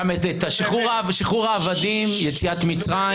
גם שחרור העבדים, יציאת מצרים.